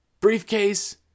Briefcase